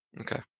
Okay